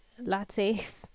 lattes